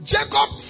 Jacob